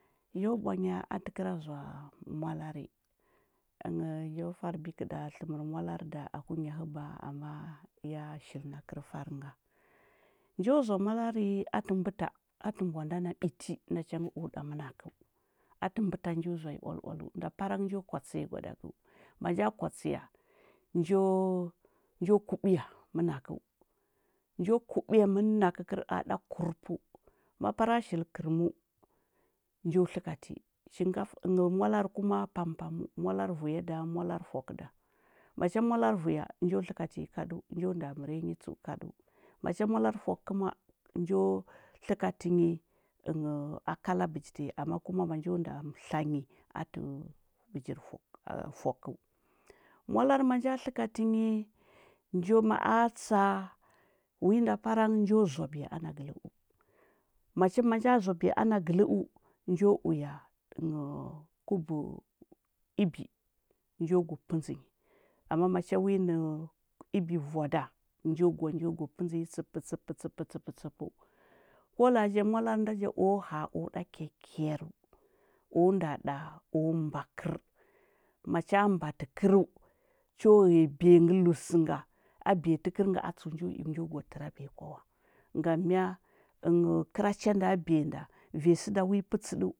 Yo bwanya atə kəra za’a mwalari, njo fari bikəda tləmər mwalari ɗa aku nya həba ama ya shilna kər far inga njo zoa mwalari atə mbəta atə mbwanda na biti na changə o da mənakeu atə mbəta ngə njo zoa nyi ualualəu nɗa parang njo kwatsi ya gwadagəu manja kwatsiya, njo kuɓiya mənakəu njo kubiya mənakəu kera da kurəpu, ma para shili kərəməu, njo tləkati chinkafa mwalari kuma pampaməu mwalari vuy ɗa, mwalari fiwakə ɗa macha mwalan vuya njo tləkatii nyi kadəu, njo nɗa mərəya nyi tsəu kadəu macha muvalan fwakə kuma njo tləkatə nyi a kala bijji tanyi ama ma njo nda tla nyi atə bijir fwakəu mwalari manja tləkati nyi njo ma. a tsa win da parang njo zoa ɓiya ana gələ’u macha ma nja zoabiya ana gələu njo uya kubu ibi njo gwa pəndzi nyi ama macha wi nə ibi vua da njo gwa njo gwa pəndzinyi tsəptsəp tsəp tsəpəu ko laa ja mwalari nda o ha o da kyakya rəu, o nda da o mba kər ma cha mbati kərəu, cho ghəya biyandə lusə nga, abiya tə kər nga, atsəu njo i njo gwa trabiya kw awa ngam mya? Kəra cha nnda biya nda vanyi sə ɗa wi pətsədəu.